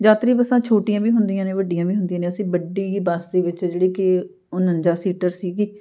ਯਾਤਰੀ ਬੱਸਾਂ ਛੋਟੀਆਂ ਵੀ ਹੁੰਦੀਆਂ ਨੇ ਵੱਡੀਆਂ ਵੀ ਹੁੰਦੀਆਂ ਨੇ ਅਸੀਂ ਵੱਡੀ ਬੱਸ ਦੇ ਵਿੱਚ ਜਿਹੜੀ ਕਿ ਉਣੰਜਾ ਸੀਟਰ ਸੀਗੀ